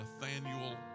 Nathaniel